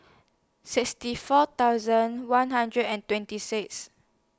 sixty four thousand one hundred and twenty six